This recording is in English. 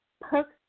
perks